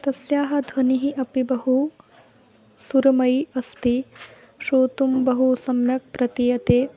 तस्याः ध्वनिः अपि बहु सुरमयी अस्ति श्रोतुं बहु सम्यक् प्रतीयते